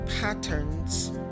patterns